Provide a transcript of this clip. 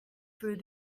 through